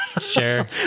sure